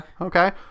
okay